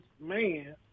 man